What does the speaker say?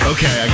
Okay